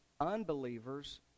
unbelievers